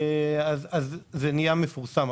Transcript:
זה מתפרסם.